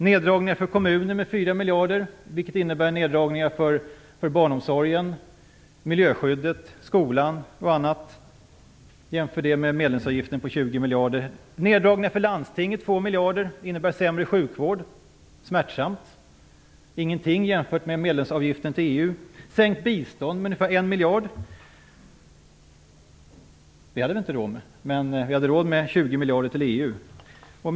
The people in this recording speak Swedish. Neddragningar görs för kommunerna med ca 4 miljarder. Det innebär neddragningar inom barnomsorg, skola, miljöskydd osv. - jämför detta med medlemsavgiften på 20 miljarder. Det blir neddragningar för landstingen på ca 2 miljarder som innebär sämre sjukvård. Det är smärtsamt. Det är ingenting jämfört med medlemsavgiften till EU. Vi har sänkt biståndet med 1 miljard. Vi hade inte råd med mer, men vi har råd med 20 miljarder till EU.